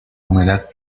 humedad